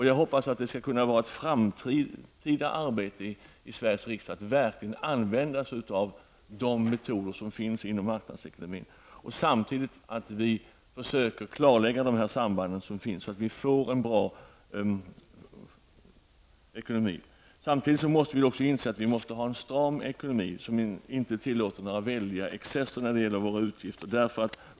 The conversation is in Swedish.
Jag hoppas att det skall utgöra ett framtida arbete i Sveriges riksdag att verkligen använda sig av de metoder som finns inom marknadsekonomin. Samtidigt måste vi klarlägga sambanden som finns, så att det blir en bra ekonomi. Samtidigt måste vi också inse att vi måste ha en stram ekonomi, som inte tillåter några väldiga excesser när det gäller våra utgifter.